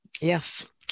yes